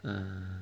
err